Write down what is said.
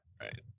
Right